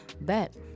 bet